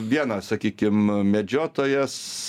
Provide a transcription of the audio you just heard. viena sakykim medžiotojas